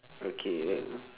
okay wait uh